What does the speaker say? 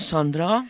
Sandra